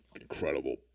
incredible